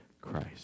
christ